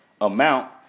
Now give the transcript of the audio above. amount